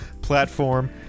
Platform